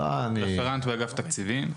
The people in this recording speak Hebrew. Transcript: האוצר, רפרנט באגף תקציבים.